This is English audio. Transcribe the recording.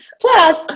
Plus